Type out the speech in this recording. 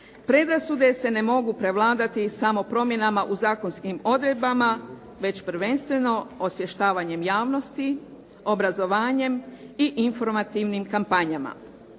Predrasude se ne mogu prevladati samo promjenama u zakonskim odredbama već prvenstveno osvještavanjem javnosti, obrazovanjem i informativnim kampanjama.